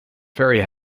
ferry